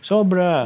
Sobra